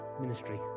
ministry